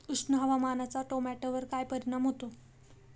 उष्ण हवामानाचा टोमॅटोवर काय परिणाम होतो?